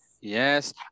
yes